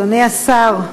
אדוני השר,